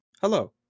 Hello